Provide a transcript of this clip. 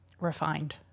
refined